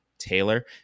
taylor